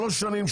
שלוש שנים,